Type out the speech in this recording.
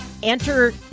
Enter